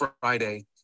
Friday